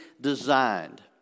designed